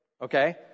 Okay